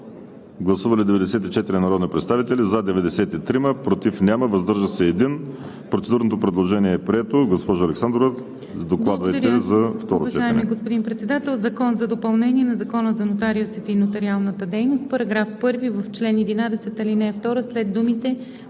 Гласували 94 народни представители: за 93, против няма, въздържал се 1. Процедурното предложение е прието. Госпожо Александрова, докладвайте за второ четене.